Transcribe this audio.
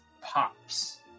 pops